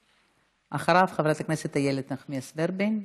אחריו, חברת הכנסת איילת נחמיאס ורבין.